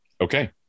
okay